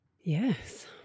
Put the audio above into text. Yes